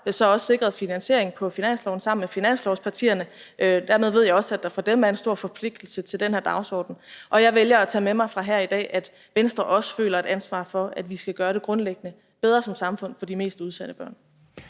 sikret finansiering på finansloven, og dermed ved jeg også, at der for dem er en stor forpligtelse til den her dagsorden. Og jeg vælger at tage med mig herfra i dag, at Venstre også føler et ansvar for, at vi skal gøre det grundliggende bedre som samfund for de mest udsatte børn.